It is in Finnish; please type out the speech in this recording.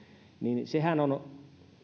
niin sehän